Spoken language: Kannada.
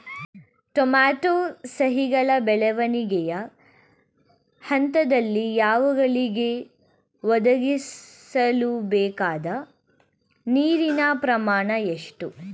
ಟೊಮೊಟೊ ಸಸಿಗಳ ಬೆಳವಣಿಗೆಯ ಹಂತದಲ್ಲಿ ಅವುಗಳಿಗೆ ಒದಗಿಸಲುಬೇಕಾದ ನೀರಿನ ಪ್ರಮಾಣ ಎಷ್ಟು?